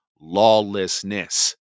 lawlessness